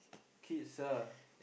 kids ah